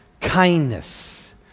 kindness